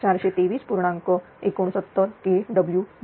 69 kW बरोबर